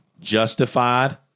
justified